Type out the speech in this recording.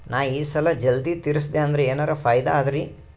ನಾ ಈ ಸಾಲಾ ಜಲ್ದಿ ತಿರಸ್ದೆ ಅಂದ್ರ ಎನರ ಫಾಯಿದಾ ಅದರಿ?